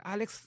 Alex